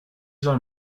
soll